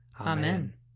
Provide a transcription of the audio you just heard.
Amen